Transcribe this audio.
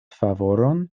favoron